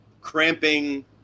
Cramping